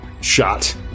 Shot